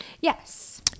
Yes